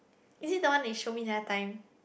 is it the one that you show me the other time